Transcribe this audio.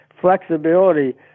flexibility